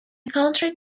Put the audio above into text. country